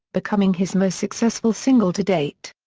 becoming his most successful single to date.